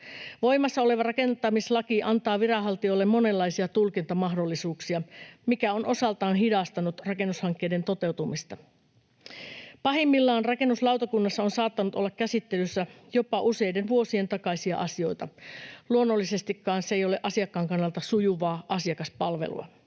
Voimassa oleva rakentamislaki antaa viranhaltijoille monenlaisia tulkintamahdollisuuksia, mikä on osaltaan hidastanut rakennushankkeiden toteutumista. Pahimmillaan rakennuslautakunnassa on saattanut olla käsittelyssä jopa useiden vuosien takaisia asioita. Luonnollisestikaan se ei ole asiakkaan kannalta sujuvaa asiakaspalvelua.